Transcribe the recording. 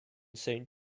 saint